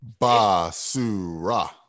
Basura